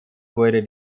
wurde